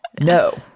No